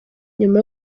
nyuma